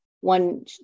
one